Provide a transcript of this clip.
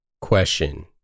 question